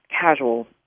casual